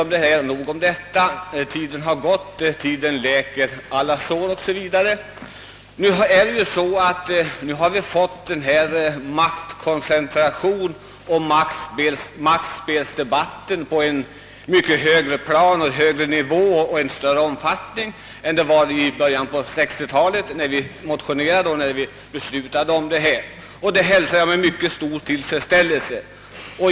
Men nog nu om detta; tiden har gått, och tiden läker ju alla sår. Nu har vi fått en maktkoncentrationsoch maktspelsdebatt på ett högre plan och i större utsträckning än vi hade i början på 1960-talet när vi beslöt begära denna utredning.